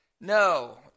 no